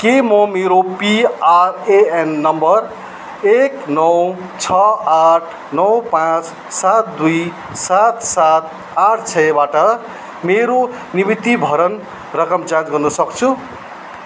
के म मेरो पिआरएएन नम्बर एक नौ छ आठ नौ पाँच सात दुई सात सात आठ छ बाट मेरो निर्वृत्तिभरण रकम जाँच गर्न सक्छु